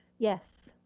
yes.